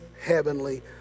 heavenly